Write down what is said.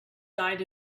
died